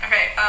Okay